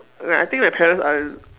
like I think that parents are